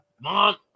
mom